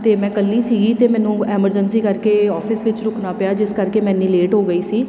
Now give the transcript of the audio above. ਅਤੇ ਮੈਂ ਇਕੱਲੀ ਸੀਗੀ ਅਤੇ ਮੈਨੂੰ ਐਮਰਜੈਂਸੀ ਕਰਕੇ ਅੋਫਿਸ ਵਿੱਚ ਰੁਕਣਾ ਪਿਆ ਜਿਸ ਕਰਕੇ ਮੈਂ ਇੰਨੀ ਲੇਟ ਹੋ ਗਈ ਸੀ